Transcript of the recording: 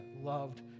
loved